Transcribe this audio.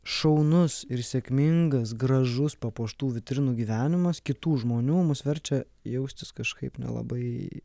šaunus ir sėkmingas gražus papuoštų vitrinų gyvenimas kitų žmonių mus verčia jaustis kažkaip nelabai